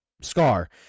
Scar